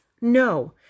No